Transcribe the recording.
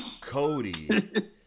Cody